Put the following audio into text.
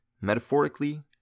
metaphorically